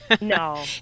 No